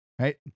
Right